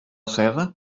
seda